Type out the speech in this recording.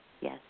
yes